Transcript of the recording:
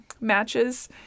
matches